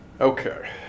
Okay